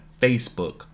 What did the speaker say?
Facebook